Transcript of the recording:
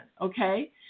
okay